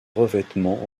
revêtement